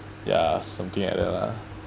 ya something like that lah